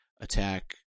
attack